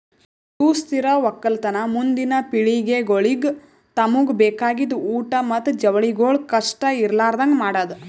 ಸುಸ್ಥಿರ ಒಕ್ಕಲತನ ಮುಂದಿನ್ ಪಿಳಿಗೆಗೊಳಿಗ್ ತಮುಗ್ ಬೇಕಾಗಿದ್ ಊಟ್ ಮತ್ತ ಜವಳಿಗೊಳ್ ಕಷ್ಟ ಇರಲಾರದಂಗ್ ಮಾಡದ್